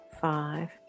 five